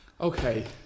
Okay